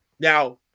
Now